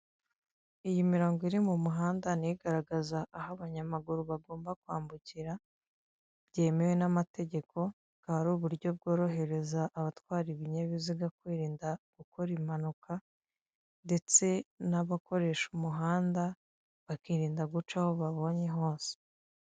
Iyi mirongo iri mu muhanda niyo igaragaza aho abanyamaguru bagomba kwambukira byemewe n'amategeko, hari uburyo bworohereza abatwara ibinyabiziga kwirinda gukora impanuka, ndetse n'abakoresha umuhanda bakirinda guca aho babonye hose.